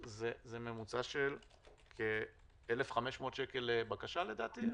זה ממוצע של כ-1,500 שקל לבקשה לדעתי.